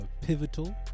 pivotal